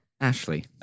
Ashley